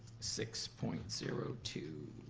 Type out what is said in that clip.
six point zero two.